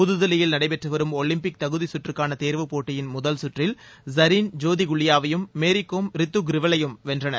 புதுதில்லியில் நடைபெற்று வரும் ஒலிம்பிக் தகுதி சுற்றுக்கான தேர்வு போட்டியின் முதல் சுற்றில் ஐரின் ஜோதி குலியாவையும் மேரிகோம் ரித்து குருவவையும் வென்றனர்